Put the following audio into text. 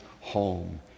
home